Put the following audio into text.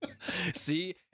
see